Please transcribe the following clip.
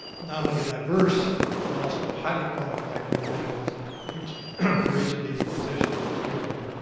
not only diverse but also highly qualified individuals for each for each of these positions, excuse me.